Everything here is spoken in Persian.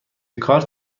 کارت